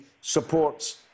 supports